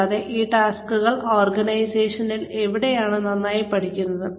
കൂടാതെ ഈ ടാസ്ക്കുകൾ ഓർഗനൈസേഷനിൽ എവിടെയാണ് നന്നായി പഠിക്കുന്നത്